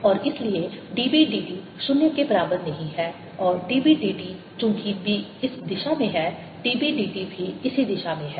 और इसलिए dB dt 0 के बराबर नहीं है और dB dt चूँकि B इस दिशा में है dB dt भी इसी दिशा में है